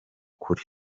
kuri